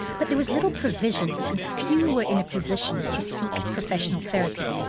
but there was little provision, and few were in a position to seek professional therapy.